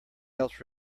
else